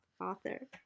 author